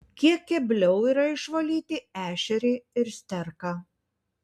kiek kebliau yra išvalyti ešerį ir sterką